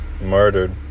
murdered